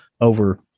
over